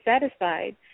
satisfied